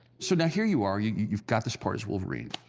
so now here you are. you've you've got this part as wolverine.